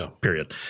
Period